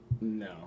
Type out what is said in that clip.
No